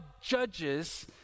judges